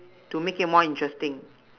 to make it more interesting